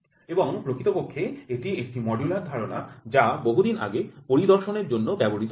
এবং প্রকৃতপক্ষে এটি একটি মডুলার ধারণা যা বহুদিন আগে পরিদর্শনের জন্য ব্যবহৃত হত